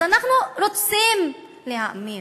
אז אנחנו רוצים להאמין,